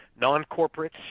non-corporates